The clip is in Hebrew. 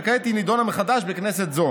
וכעת נדונה מחדש בכנסת זו.